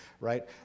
right